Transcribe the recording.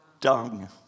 dung